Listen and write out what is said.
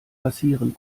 passieren